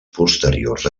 posteriors